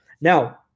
now